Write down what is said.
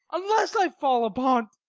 unless i fall upon